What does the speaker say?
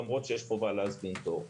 למרות שיש חובה להזמין תור.